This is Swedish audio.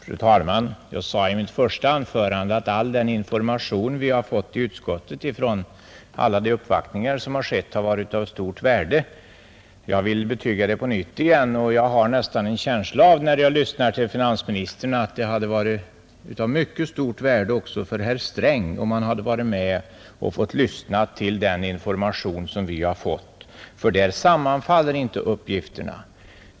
Fru talman! Jag sade i mitt första anförande att all den information vi i utskottet har fått från alla de uppvaktningar som skett har varit av stort värde, Jag vill betyga detta på nytt igen. När jag lyssnar till finansministern får jag en känsla av att det hade varit av stort värde om även herr Sträng hade fått vara med om att lyssna till den information som vi har fått, eftersom herr Strängs och våra uppgifter inte sammanfaller.